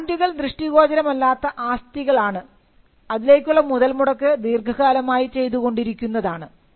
ബ്രാൻഡുകൾ ദൃഷ്ടിഗോചരമല്ലാത്ത ആസ്തികൾ ആണ് അതിലേക്കുള്ള മുതൽമുടക്ക് ദീർഘകാലമായി ചെയ്തുകൊണ്ടിരിക്കുന്നതാണ്